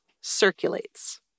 circulates